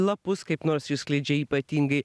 lapus kaip nors išskleidžia ypatingai